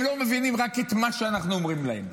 הם לא מבינים רק את מה שאנחנו אומרים להם,